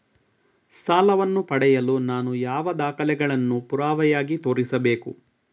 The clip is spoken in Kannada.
ಸಾಲವನ್ನು ಪಡೆಯಲು ನಾನು ಯಾವ ದಾಖಲೆಗಳನ್ನು ಪುರಾವೆಯಾಗಿ ತೋರಿಸಬೇಕು?